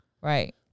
Right